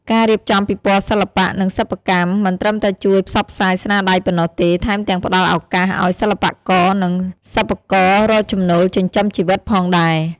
ការរៀបចំពិព័រណ៍សិល្បៈ និងសិប្បកម្ម មិនត្រឹមតែជួយផ្សព្វផ្សាយស្នាដៃប៉ុណ្ណោះទេ ថែមទាំងផ្តល់ឱកាសឱ្យសិល្បករនិងសិប្បកររកចំណូលចិញ្ចឹមជីវិតផងដែរ។